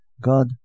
God